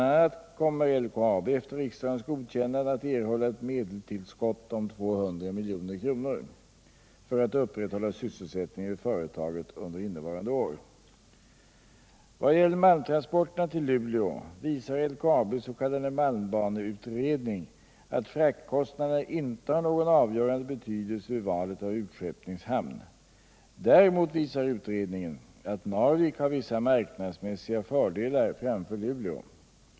a. kommer LKAB, efter riksdagens godkännande, att erhålla ett medelstillskott om 200 milj.kr. för att upprätthålla sysselsättningen vid företaget under innevarande år. Vad gäller malmtransporterna till Luleå visar LKAB:s s.k. malmbaneutredning att fraktkostnaderna inte har någon avgörande betydelse vid valet av utskeppningshamn. Däremot visar utredningen att Narvik har vissa marknadsmässiga fördelar framför Luleå.